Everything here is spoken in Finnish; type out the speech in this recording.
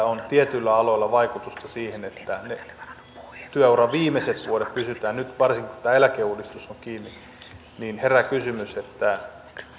on tietyillä aloilla vaikutusta siihen että ne työuran viimeiset vuodet pysytään nyt varsinkin kun tämä eläkeuudistus on kiinni niin herää kysymys että